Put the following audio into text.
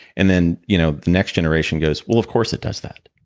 and then you know the next generation goes, well, of course it does that.